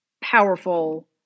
powerful